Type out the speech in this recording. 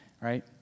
right